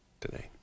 today